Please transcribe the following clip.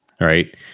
right